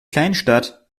kleinstadt